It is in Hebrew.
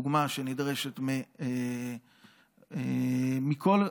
דוגמה שנדרשת מכל הגורמים,